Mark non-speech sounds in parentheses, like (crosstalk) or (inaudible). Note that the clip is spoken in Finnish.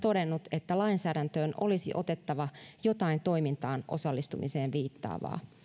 (unintelligible) todennut että lainsäädäntöön olisi otettava jotain toimintaan osallistumiseen viittaavaa